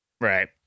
Right